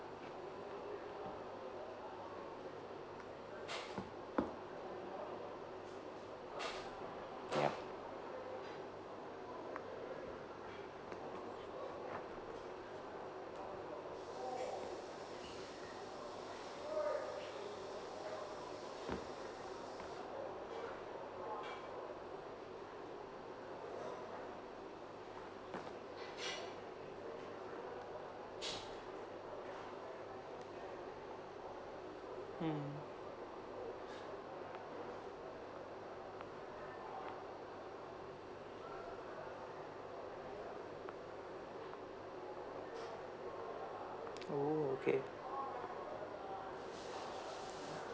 yup mm oh okay